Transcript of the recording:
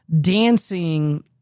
dancing